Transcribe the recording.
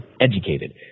educated